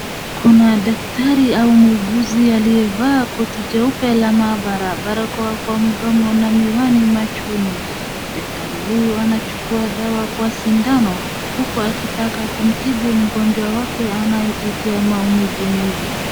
Kuna daktari au muuguzi aliyevaa koti jeupe la maabara, barakoa kwa mdomo na miwani machoni. Daktari huyu anachukua dawa kwa sindano huku akitaka kumtibu mgonjwawake anayepitia maumivu mwili.